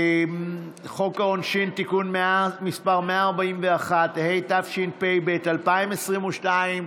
חוק העונשין (תיקון מס' 141), התשפ"ב 2022,